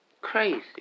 crazy